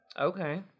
Okay